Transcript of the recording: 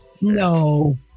No